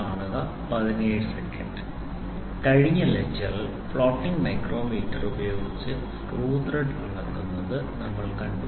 കഴിഞ്ഞ ലെക്ച്ചറിൽ floating micrometer ഉപയോഗിച്ച് സ്ക്രൂ ത്രെഡ് അളക്കുന്നത് നമ്മൾ കണ്ടു